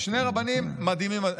שני רבנים מדהימים.